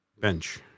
bench